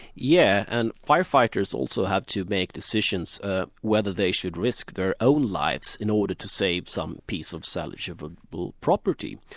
yeah and firefighters also have to make decisions whether they should risk their own lives in order to save some piece of salvageable property,